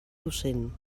docent